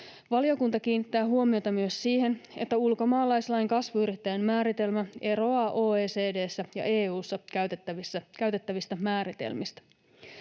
Valiokunta kiinnittää huomiota myös siihen, että ulkomaalaislain kasvuyrittäjän määritelmä eroaa OECD:ssä ja EU:ssa käytettävistä määritelmistä.